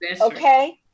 Okay